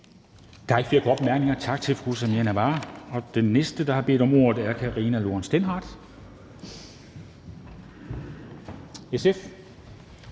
Der er ikke flere korte bemærkninger. Tak til fru Samira Nawa. Og den næste, der har bedt om ordet, er fru Karina Lorentzen Dehnhardt, SF.